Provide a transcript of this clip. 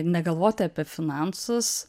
negalvoti apie finansus